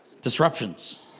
Disruptions